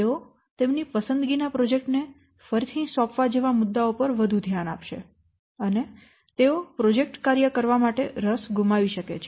તેઓ તેમની પસંદગીના પ્રોજેક્ટ ને ફરીથી સોંપવા જેવા મુદ્દાઓ પર વધુ ધ્યાન આપશે અને તેઓ પ્રોજેક્ટ કાર્ય કરવા માટે રસ ગુમાવશે